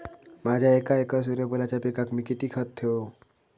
माझ्या एक एकर सूर्यफुलाच्या पिकाक मी किती खत देवू?